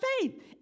faith